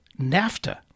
NAFTA